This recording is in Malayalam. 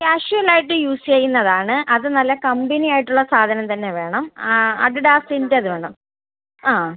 കാഷ്വൽ ആയിട്ട് യൂസ് ചെയ്യുന്നതാണ് അത് നല്ല കമ്പനി ആയിട്ടുള്ള സാധനം തന്നെ വേണം ആ അഡിഡാസിൻറേത് വേണം ആ